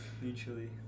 mutually